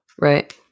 Right